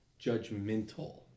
judgmental